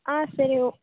ஆ சரி ஓ